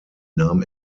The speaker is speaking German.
nahm